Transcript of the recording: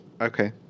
Okay